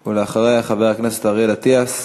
ואחריה, חבר הכנסת אריאל אטיאס.